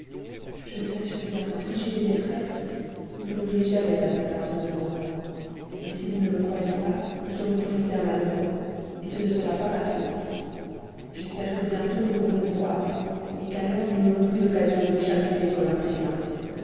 je vous assure bien que si j'étais ma maîtresse vous n'auriez jamais à vous plaindre de moi mais si vous ne me croyez pas nous serons toujours bien malheureux ce ne sera pas ma faute j'espère que bientôt nous pourrons nous voir qu'alors nous n'aurons plus d'occasions de nous chagriner comme à présent